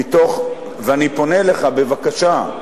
ואני פונה אליך בבקשה,